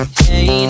hey